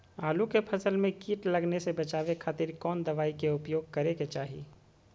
आलू के फसल में कीट लगने से बचावे खातिर कौन दवाई के उपयोग करे के चाही?